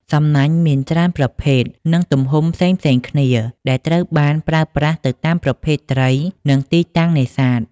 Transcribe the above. សំណាញ់មានច្រើនប្រភេទ និងទំហំផ្សេងៗគ្នា ដែលត្រូវបានប្រើប្រាស់ទៅតាមប្រភេទត្រី និងទីតាំងនេសាទ។